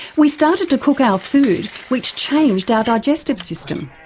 we started to cook our food which changed our digestive system.